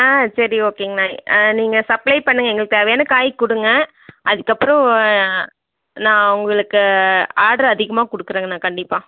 ஆ சரி ஓகேங்கண்ணா நீங்கள் சப்ளை பண்ணுங்கள் எங்களுக்கு தேவையான காய் கொடுங்க அதுக்கப்புறம் நான் உங்களுக்கு ஆர்டர் அதிகமாக கொடுக்கறங்கண்ணா கண்டிப்பாக